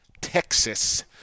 Texas